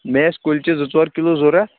مےٚ ٲسۍ کُلچہِ زٕ ژور کِلوٗ ضروٗرت